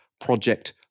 Project